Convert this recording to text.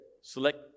Select